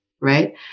right